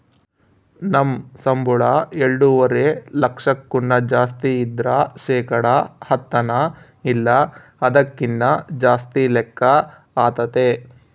ನಮ್ ಸಂಬುಳ ಎಲ್ಡುವರೆ ಲಕ್ಷಕ್ಕುನ್ನ ಜಾಸ್ತಿ ಇದ್ರ ಶೇಕಡ ಹತ್ತನ ಇಲ್ಲ ಅದಕ್ಕಿನ್ನ ಜಾಸ್ತಿ ಲೆಕ್ಕ ಆತತೆ